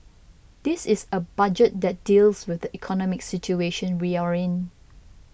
this is a budget that deals with the economic situation we are in